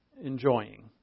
enjoying